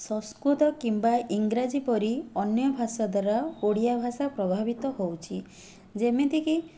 ସଂସ୍କୃତ କିମ୍ବା ଇଂଗ୍ରାଜୀ ପରି ଅନ୍ୟ ଭାଷା ଦ୍ୱାରା ଓଡ଼ିଆ ଭାଷା ପ୍ରଭାବିତ ହେଉଛି ଯେମିତିକି